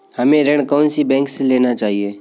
हमें ऋण कौन सी बैंक से लेना चाहिए?